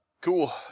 cool